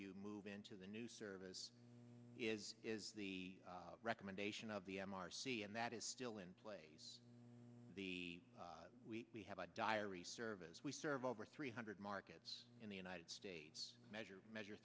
you move into the new service is is the recommendation of the m r c and that is still in place the we we have a diary service we serve over three hundred markets in the united states measure measure